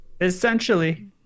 Essentially